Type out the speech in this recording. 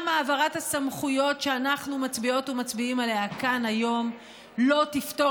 גם העברת הסמכויות שאנחנו מצביעות ומצביעים עליה כאן היום לא תפתור